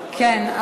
כן,